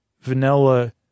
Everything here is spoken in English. vanilla